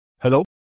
Hello